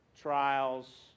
trials